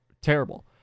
terrible